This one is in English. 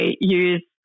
use